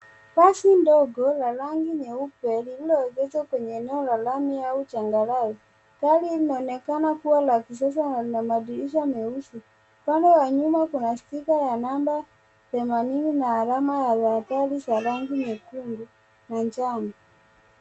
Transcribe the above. Basi ndogo lenye rangi ya nyeupe lililoegeshwa kwenye eneo la lami au changarawe. Gari hili linaonekana kuwa la kisasa na lina madirisha meusi. Upande wa nyuma kuna stika ya namba themanini na alama ya tahadhari za rangi nyekundu na njano.